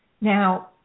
Now